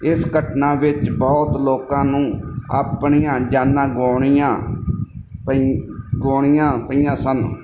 ਇਸ ਘਟਨਾ ਵਿੱਚ ਬਹੁਤ ਲੋਕਾਂ ਨੂੰ ਆਪਣੀਆਂ ਜਾਨਾਂ ਗਵਾਣੀਆਂ ਪਈ ਗਵਾਣੀਆਂ ਪਈਆਂ ਸਨ